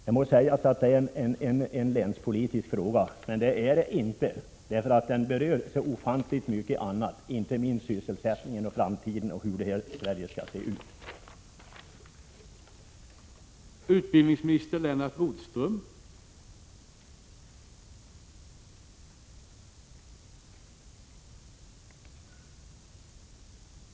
Man må säga att detta är en länspolitisk fråga, men det är den egentligen inte. Frågan berör så ofantligt mycket annat, inte minst sysselsättningen och hur Sverige skall se ut i framtiden.